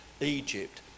Egypt